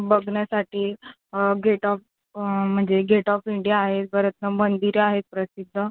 बघण्यासाठी gate of म्हणजे gate of India आहे परत मंदिरं आहेत प्रसिद्ध